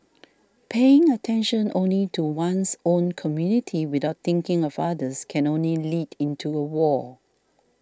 paying attention only to one's own community without thinking of others can only lead into a wall